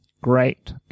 Great